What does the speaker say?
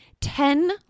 Ten